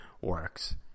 works